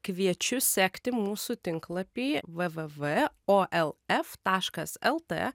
kviečiu sekti mūsų tinklapį vvv olf taškas lt